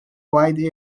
wide